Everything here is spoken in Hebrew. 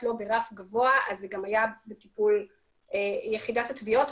לא ברף גבוה אז זה גם היה בטיפול חטיבת התביעות.